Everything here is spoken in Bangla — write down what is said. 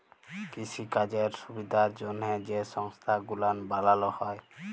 কিসিকাজের সুবিধার জ্যনহে যে সংস্থা গুলান বালালো হ্যয়